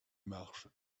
marche